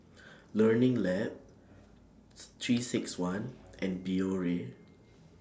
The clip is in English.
Learning Lab three six one and Biore